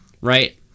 right